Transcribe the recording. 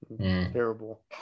terrible